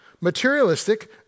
materialistic